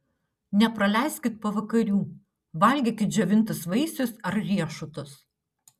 nepraleiskit pavakarių valgykit džiovintus vaisius ar riešutus